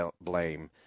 blame